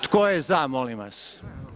Tko je za, molim vas?